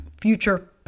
future